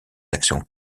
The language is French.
actions